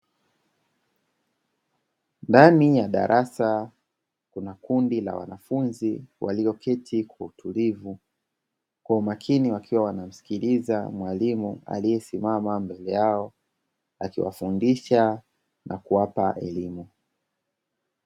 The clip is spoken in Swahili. Ndani ya darasa kuna kundi la wanafunzi walioketi kwa utulivu, kwa umakini wakiwa wanamsikiliza mwalimu aliyesimama mbele yao akiwafundisha na kuwapa elimu.